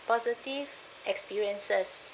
positive experiences